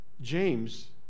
James